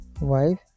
wife